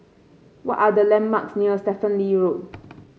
what are the landmarks near Stephen Lee Road